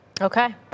Okay